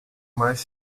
mais